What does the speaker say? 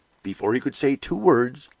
before he could say two words,